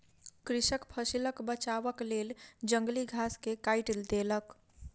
कृषक फसिलक बचावक लेल जंगली घास के काइट देलक